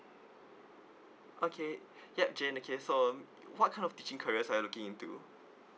okay yup jane okay so what kind of teaching careers are you looking into